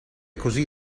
così